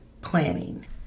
planning